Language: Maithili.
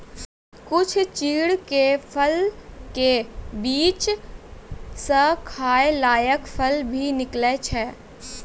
कुछ चीड़ के फल के बीच स खाय लायक फल भी निकलै छै